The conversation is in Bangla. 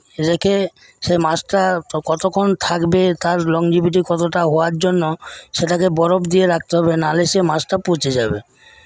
রেখে সেই মাছটা কতক্ষণ থাকবে তার লংজিবিটি কতটা হওয়ার জন্য সেটাকে বরফ দিয়ে রাখতে হবে নাহলে সেই মাছটা পচে যাবে